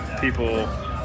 people –